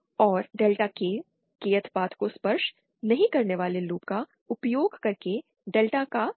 और delta K Kth path को स्पर्श नहीं करने वाले लूप का उपयोग करके डेल्टा का मान है